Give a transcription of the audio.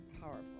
powerful